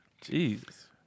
Jesus